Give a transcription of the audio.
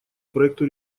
проекту